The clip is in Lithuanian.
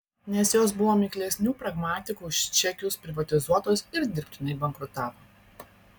nes jos buvo miklesnių pragmatikų už čekius privatizuotos ir dirbtinai bankrutavo